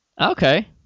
Okay